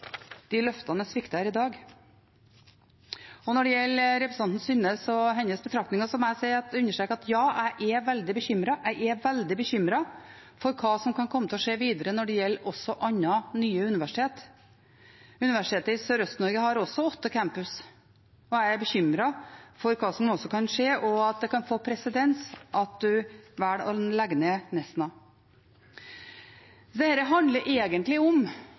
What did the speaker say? De løftene er sviktet her i dag. Og når det gjelder representanten Synnes og hennes betraktninger, må jeg understreke at ja, jeg er veldig bekymret – jeg er veldig bekymret for hva som kan komme til å skje videre når det gjelder også andre, nye universiteter. Universitetet i Sørøst-Norge har også åtte campuser, og jeg er bekymret for hva som kan skje, og at det kan skape presedens at en velger å legge ned Nesna. Dette handler egentlig om